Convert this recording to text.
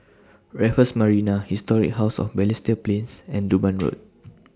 Raffles Marina Historic House of Balestier Plains and Durban Road